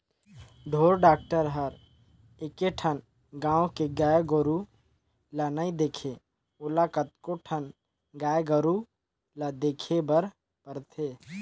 ढोर डॉक्टर हर एके ठन गाँव के गाय गोरु ल नइ देखे ओला कतको ठन गाय गोरु ल देखे बर परथे